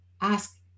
Ask